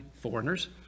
foreigners